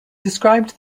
described